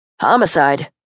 Homicide